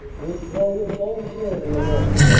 went forward voluntarily alone,